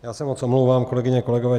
Já se moc omlouvám, kolegyně, kolegové.